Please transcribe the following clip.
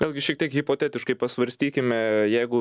vėlgi šiek tiek hipotetiškai pasvarstykime jeigu